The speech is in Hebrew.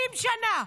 60 שנה,